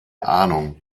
ahnung